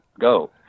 go